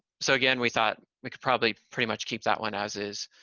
so again, we thought we could probably pretty much keep that one as is.